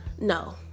No